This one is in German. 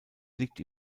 liegt